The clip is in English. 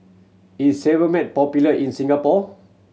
is Sebamed popular in Singapore